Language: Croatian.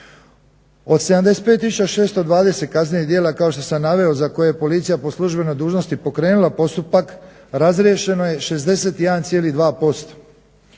620 kaznenih djela kao što sam naveo za koje je policija po službenoj dužnosti pokrenula postupak razriješeno je 61,2%.